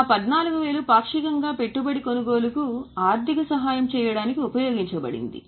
ఆ 14000 పాక్షికంగా పెట్టుబడి కొనుగోలుకు ఆర్థిక సహాయం చేయడానికి ఉపయోగించబడింది